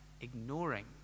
ignoring